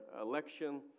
election